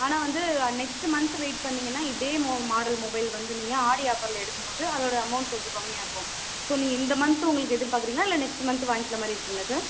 ஆனால் வந்து next month wait பண்ணீங்கன்னா இதே மொ மாடல் மொபைல் வந்து நீங்கள் ஆடி ஆஃபரில் எடுக்கும் போது அதோடய அமௌண்ட் கொஞ்சம் கம்மியாக இருக்கும் ஸோ நீங்கள் இந்த மந்த்து உங்களுக்கு எதிர்பார்க்குறீங்களா இல்லை நெக்ஸ்ட்டு மந்த்து வாங்கிக்கிற மாதிரி இருக்கீங்களா சார்